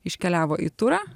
iškeliavo į turą